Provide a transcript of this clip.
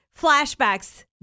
flashbacks